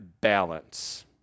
balance